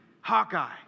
Hawkeye